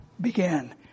began